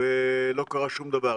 ולא קרה שום דבר.